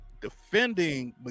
defending